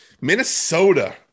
Minnesota